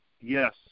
Yes